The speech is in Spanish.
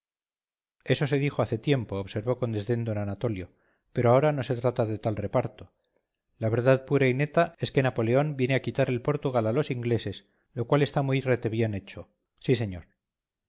eso se dijo hace tiempo observó con desdén d anatolio pero ahora no se trata de tal reparto la verdad pura y neta es que napoleón viene a quitar el portugal a los ingleses lo cual está muy retebién hecho sí señor